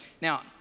Now